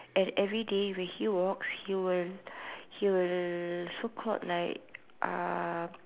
and everyday when he walks he will he will so called like uh